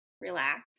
relax